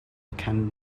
can